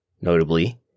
notably